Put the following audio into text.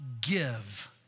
give